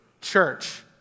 church